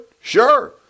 Sure